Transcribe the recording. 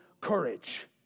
courage